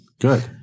Good